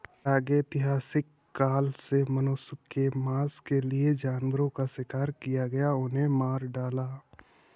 प्रागैतिहासिक काल से मनुष्य ने मांस के लिए जानवरों का शिकार किया, उन्हें मार डाला